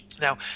Now